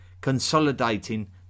consolidating